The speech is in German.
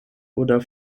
oder